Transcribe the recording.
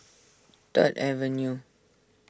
Third Avenue